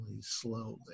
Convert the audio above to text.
slowly